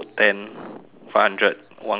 five hundred one K